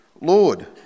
Lord